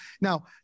now